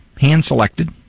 hand-selected